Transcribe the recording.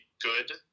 good